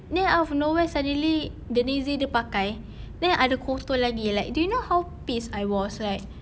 then out of no where suddenly the next day dia pakai then ada kotor lagi like do you know how pissed I was like